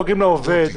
דואגים,